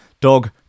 Dog